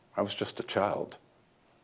i was just a child.